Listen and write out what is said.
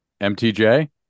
MTJ